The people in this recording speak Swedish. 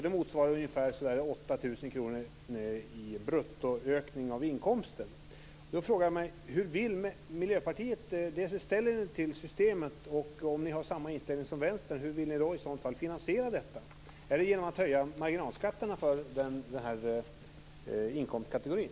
Det motsvarar en bruttoökning av inkomsten på ungefär 8 000 kr. Då frågar jag mig: Hur ställer sig Miljöpartiet till det systemet? Om ni har samma inställning som Vänstern, hur vill ni då finansiera detta? Är det genom att höja marginalskatterna för den här inkomstkategorin?